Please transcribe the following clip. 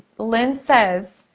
lynn says,